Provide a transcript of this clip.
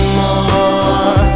more